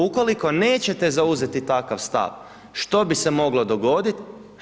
Ukoliko nećete zauzeti takav stav, što bi se moglo dogoditi?